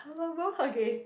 okay